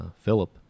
Philip